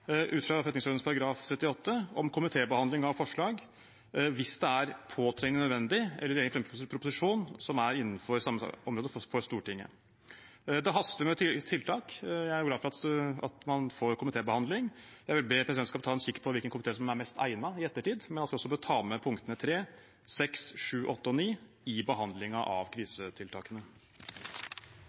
ut fra forretningsordenen § 38, om komitébehandling av forslag hvis det er påtrengende nødvendig, eller hvis regjeringen fremmer en proposisjon som er innenfor samme saksområde for Stortinget. Det haster med tiltak. Jeg er glad for at man får komitébehandling. Jeg vil be presidentskapet ta en kikk på hvilken komité som er mest egnet i ettertid, men vi bør også ta med punktene 3, 6, 7, 8 og 9 i behandlingen av krisetiltakene.